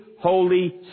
Holy